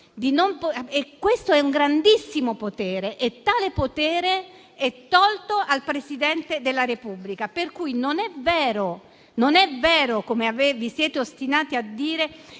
Questo è un grandissimo potere e tale potere è tolto al Presidente della Repubblica. Per cui non è vero, come vi siete ostinati a dire,